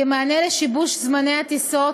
כמענה על שיבוש זמני הטיסות